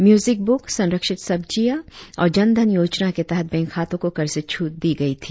music book संरक्षित सब्जियां और जनधन योजना के तहत बैंक खातों को कर से छूट दी गई थी